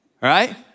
right